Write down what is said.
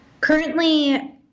Currently